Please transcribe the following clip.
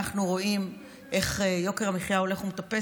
אנחנו רואים איך יוקר המחיה הולך ומטפס.